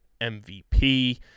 MVP